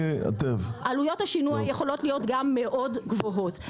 עלויות השינוי יכולות להיות מאוד גבוהות.